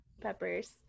peppers